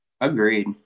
Agreed